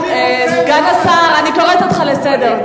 סגן השר, אני קוראת אותך לסדר.